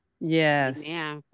Yes